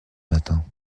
matin